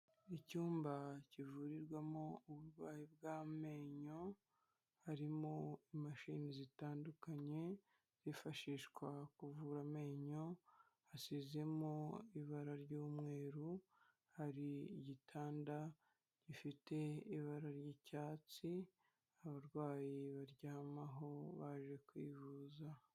Icyumba kivurirwamo uburwayi bw'amenyo harimo imashini zitandukanye zifashishwa kuvura amenyo hasizemo ibara ry'umweru hari igitanda gifite ibara ry'icyatsi abarwayi baryamaho baje kwivuza.